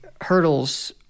hurdles